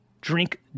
drink